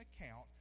account